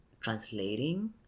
translating